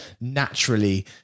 naturally